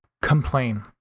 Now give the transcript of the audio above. complain